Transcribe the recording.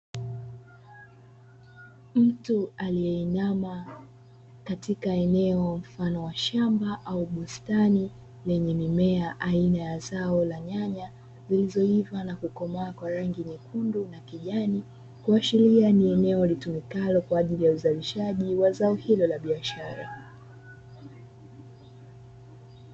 mtu aliyeinama katika eneo mfano wa shamba au bustani lenye mimea aina ya zao la nyanya zilizoiva na kukomaa kwa rangi nyekundu na kijani kuashiria ni eneo litumikalo kwaajili ya uzalishaji wa zao hilo la biashara